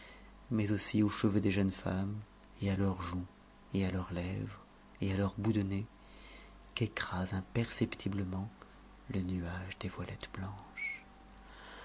mais aussi aux cheveux des jeunes femmes et à leurs joues et à leurs lèvres et à leurs bouts de nez qu'écrase imperceptiblement le nuage des voilettes blanches